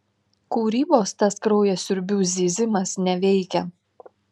kūrybos tas kraujasiurbių zyzimas neveikia